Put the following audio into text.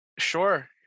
Sure